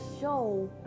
show